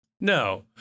No